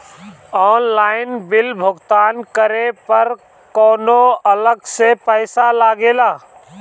Online bill भुगतान करे पर कौनो अलग से पईसा लगेला?